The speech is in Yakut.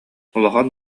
улахан